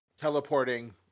teleporting